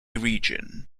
region